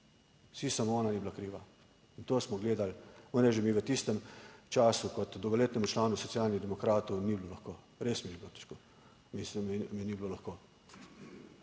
Vsi, samo ona ni bila kriva. In to smo gledali. Moram reči, da mi v tistem času kot dolgoletnemu članu Socialnih demokratov ni bilo lahko. Res mi je bilo težko. Mislim, mi ni bilo lahko.